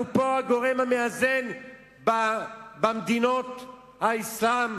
אנחנו פה הגורם המאזן את מדינות האסלאם